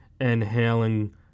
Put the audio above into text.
inhaling